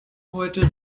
heute